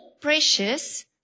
precious